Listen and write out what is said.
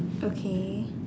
okay